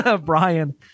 Brian